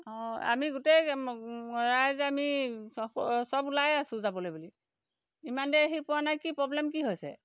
অ' আমি গোটেই ৰাইজ আমি চব অ' চব ওলাই আছো যাবলৈ বুলি ইমান দেৰি আহি পোৱা নাই কি প্ৰব্লেম কি হৈছে